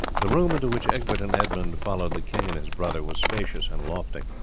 the room into which egbert and edmund followed the king and his brother was spacious and lofty.